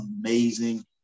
amazing